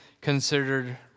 considered